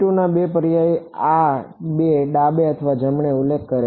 ના બે પર્યાપ્ત આ બે ડાબે અથવા જમણે ઉલ્લેખ કરે છે